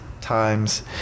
times